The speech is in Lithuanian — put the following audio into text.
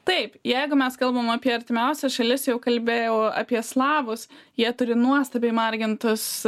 taip jeigu mes kalbam apie artimiausias šalis jau kalbėjau apie slavus jie turi nuostabiai margintus